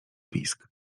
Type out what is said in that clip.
pisk